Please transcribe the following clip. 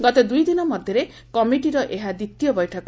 ଗତ ଦୂଇଦିନ ମଧ୍ୟରେ କମିଟିର ଏହା ଦ୍ୱିତୀୟ ବୈଠକ